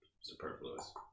superfluous